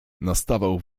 nastawał